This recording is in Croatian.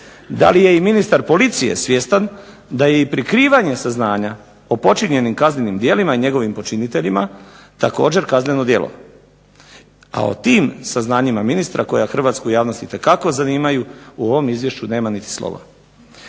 da li je i ministar policije svjestan da je i prikrivanje saznanja o počinjenim kaznenim djelima i njegovim počiniteljima također kazneno djelo? A o tim saznanjima ministra koja hrvatsku javnost itekako zanimaju u ovom izvješću nema ni slova.